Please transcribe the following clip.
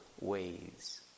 ways